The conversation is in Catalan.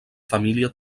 família